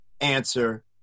answer